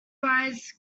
brides